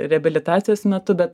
reabilitacijos metu bet